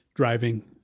driving